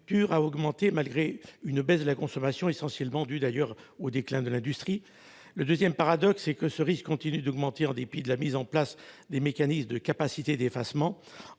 a augmenté, malgré une baisse de la consommation essentiellement due au déclin de l'industrie. Le deuxième paradoxe est que ce risque continue d'augmenter en dépit de la mise en place de mécanismes de capacité d'effacement.